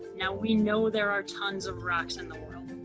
now we know there are tons of rocks in the